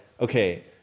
okay